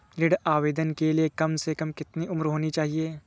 ऋण आवेदन के लिए कम से कम कितनी उम्र होनी चाहिए?